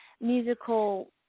musical